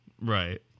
Right